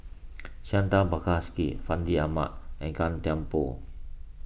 Santha Bhaskar Fandi Ahmad and Gan Thiam Poh